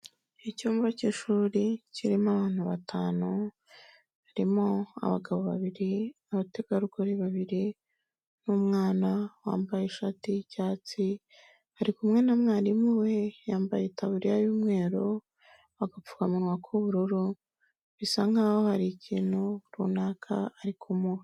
Icyumba cy'ishuri kirimo abantu batanu, harimo abagabo babiri, abategarugori babiri, n'umwana wambaye ishati y'icyatsi ari kumwe na mwarimu we, yambaye itaburiya y'umweru, agapfukamunwa k'ubururu, bisa nkaho hari ikintu runaka ari kumuha.